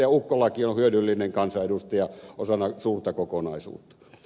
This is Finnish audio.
ukkolakin on hyödyllinen kansanedustaja osana suurta kokonaisuutta